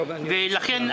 לכן,